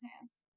hands